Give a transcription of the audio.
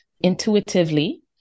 intuitively